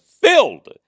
filled